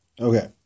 Okay